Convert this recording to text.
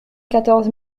quatorze